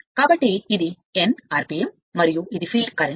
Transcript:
కాబట్టి ఇది n rpm మరియు ఇది ఫీల్డ్ కరెంట్